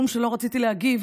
להגיב,